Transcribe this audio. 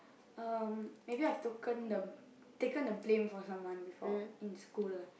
um maybe I've taken the taken the blame for someone before in school lah